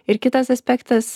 ir kitas aspektas